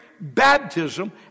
baptism